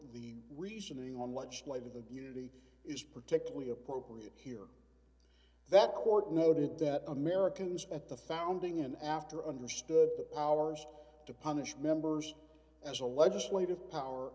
the reasoning on legislative the unity is particularly appropriate here that court noted that americans at the founding in after understood the powers to punish members as a legislative power